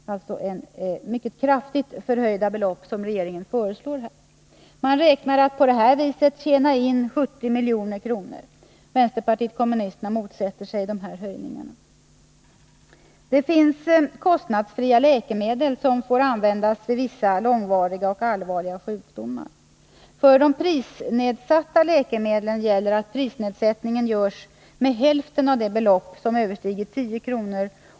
Regeringen föreslår alltså en mycket kraftig höjning av beloppen. Man räknar med att på detta sätt tjäna in 70 milj.kr. Vänsterpartiet kommunisterna motsätter sig dessa höjningar. Det finns kostnadsfria läkemedel som får användas vid vissa långvariga och allvarliga sjukdomar. För prisnedsatta läkemedel gäller att prisnedsättningen görs med hälften av det belopp som överstiger 10 kr.